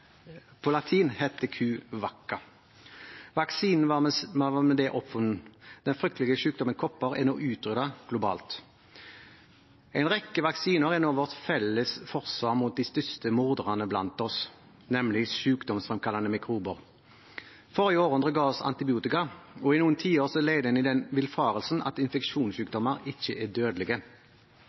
på latin heter «vacca». Vaksinen var med det oppfunnet. Den fryktelige sykdommen kopper er nå utryddet globalt. En rekke vaksiner er nå vårt felles forsvar mot de største morderne blant oss, nemlig sykdomsfremkallende mikrober. Forrige århundre ga oss antibiotika, og i noen tiår levde en i den villfarelsen at infeksjonssykdommer ikke er dødelige.